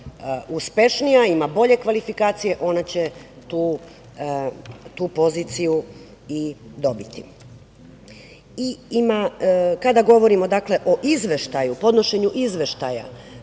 uspešnija i ima bolje kvalifikacije, ona će tu poziciju i dobiti. Kada govorimo o podnošenju izveštaja